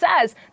says